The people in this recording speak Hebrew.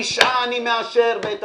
9 חודשים אני מאשר.